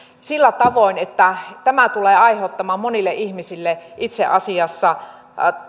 sillä tavoin että tämä tulee aiheuttamaan monille ihmisille itse asiassa